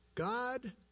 God